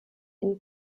ihnen